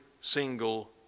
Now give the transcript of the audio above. single